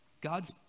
God's